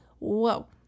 whoa